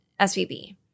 SVB